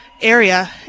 Area